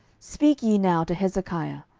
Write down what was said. speak ye now to hezekiah,